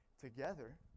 together